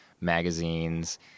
magazines